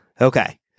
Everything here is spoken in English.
okay